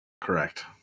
correct